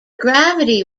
gravity